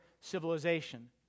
civilization